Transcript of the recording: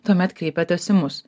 tuomet kreipiatės į mus